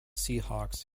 seahawks